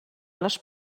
les